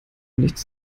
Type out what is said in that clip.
nichts